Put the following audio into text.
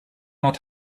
not